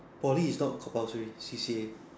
Poly is not compulsory C_C_A